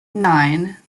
nine